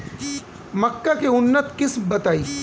मक्का के उन्नत किस्म बताई?